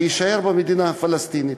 שיישארו במדינה הפלסטינית.